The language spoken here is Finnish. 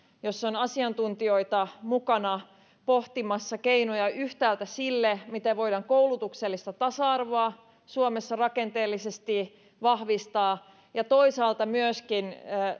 jossa on asiantuntijoita mukana pohtimassa keinoja yhtäältä sille miten voidaan koulutuksellista tasa arvoa suomessa rakenteellisesti vahvistaa ja toisaalta myöskin